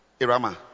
Irama